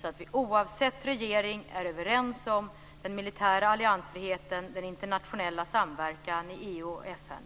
så att vi oavsett regering är överens om den militära alliansfriheten och den internationella samverkan i EU och FN.